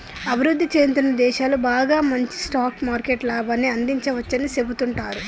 అభివృద్ధి చెందుతున్న దేశాలు బాగా మంచి స్టాక్ మార్కెట్ లాభాన్ని అందించవచ్చని సెబుతుంటారు